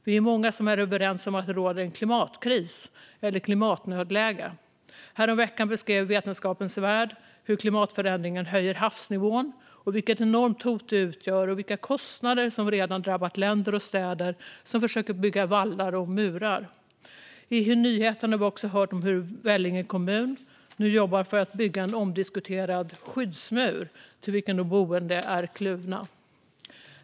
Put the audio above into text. Vi är många som är överens om att det råder en klimatkris eller ett klimatnödläge. Häromveckan beskrev Vetenskapens värld hur klimatförändringen höjer havsnivån, vilket enormt hot detta utgör och vilka kostnader som redan drabbar länder och städer som försöker bygga vallar och murar. I nyheterna har vi också hört om hur Vellinge kommun nu jobbar för att bygga en omdiskuterad skyddsmur, till vilken de boende är kluvna.